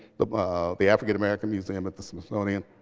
the but the african-american museum at the smithsonian.